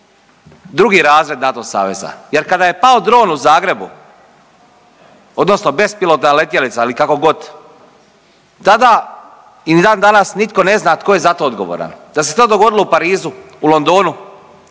drugi razred NATO saveza jer kada je pao dron u Zagrebu odnosno bespilotna letjelica ali kako god, tada i ni dan danas nitko ne zna tko je za to odgovoran. Da se to dogodilo u Parizu, u Londonu